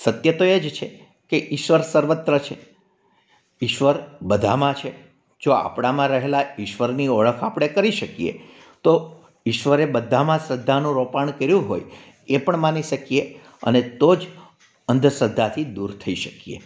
સત્ય તો એ જ છે કે ઈશ્વર સર્વત્ર છે ઈશ્વર બધામાં છે જો આપળામાં રહેલા ઈશ્વરની ઓળખ આપળે કરી શકીએ તો ઈશ્વરે બધામાં શ્રદ્ધાનું રોપણ કર્યું હોય એ પણ માની શકીએ અને તો જ અંધશ્રદ્ધાથી દૂર થઈ શકીએ